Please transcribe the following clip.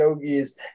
yogis